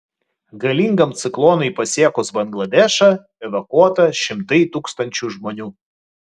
galingam ciklonui pasiekus bangladešą evakuota šimtai tūkstančių žmonių